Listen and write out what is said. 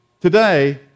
Today